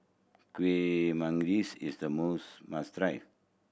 Kueh Manggis is the must try